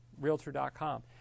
Realtor.com